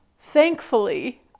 Thankfully